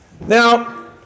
now